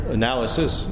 analysis